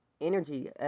energy